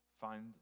find